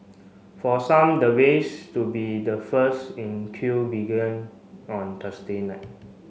for some the race to be the first in queue began on Thursday night